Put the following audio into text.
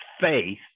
faith